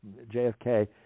JFK